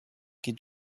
geht